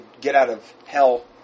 get-out-of-hell